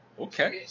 Okay